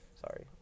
Sorry